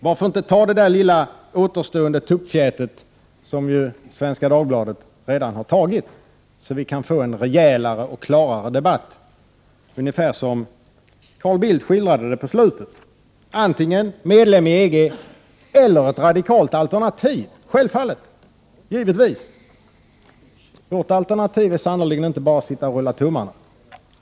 Varför inte ta det lilla återstående tuppfjätet, som Svenska Dagbladet redan har tagit, så att vi får en rejälare och klarare debatt, ungefär som Carl Bildt skildrade det på slutet: antingen medlem i EG eller ett radikalt alternativ? Vårt alternativ innebär sannerligen inte att vi skall sitta och rulla tummarna.